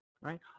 right